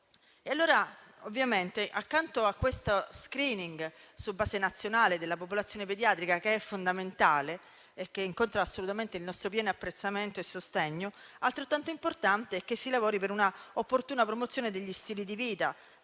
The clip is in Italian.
maniera drammatica. Accanto a questo *screening* su base nazionale della popolazione pediatrica che è fondamentale e che incontra assolutamente il nostro pieno apprezzamento e sostegno, altrettanto importante è che si lavori per una opportuna promozione degli stili di vita,